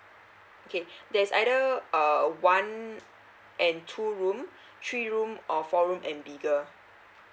okay there's either uh one and two room three room or four room and bigger